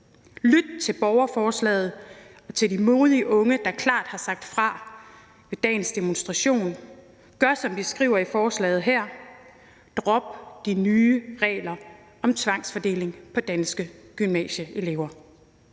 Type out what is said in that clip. Lyt til borgerforslaget og til de modige unge, der klart har sagt fra ved dagens demonstration. Gør, som de skriver i forslaget her: Drop de nye regler om tvangsfordeling af danske gymnasieelever.